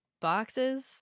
boxes